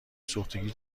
سوختگی